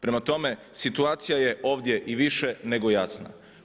Prema tome, situacija je ovdje i više nego jasna.